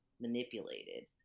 manipulated